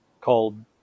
called